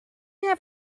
have